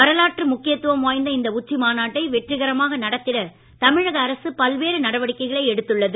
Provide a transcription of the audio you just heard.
வரலாற்று முக்கியத் துவம் வாய்ந்த இந்த உச்சி மாநாட்டை வெற்றிகரமாக நடத்திட தமிழக அரசு பல்வேறு நடவடிக்கைகளை எடுத்துள்ளது